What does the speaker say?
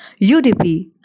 UDP